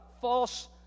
false